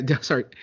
sorry